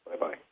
Bye-bye